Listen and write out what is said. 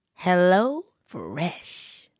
HelloFresh